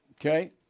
okay